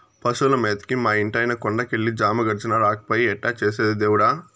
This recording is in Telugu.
పశువుల మేతకి మా ఇంటాయన కొండ కెళ్ళి జాము గడిచినా రాకపాయె ఎట్టా చేసేది దేవుడా